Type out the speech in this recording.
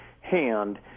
hand